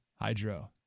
hydro